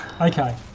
Okay